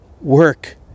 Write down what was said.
work